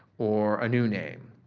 or a new name,